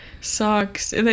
Sucks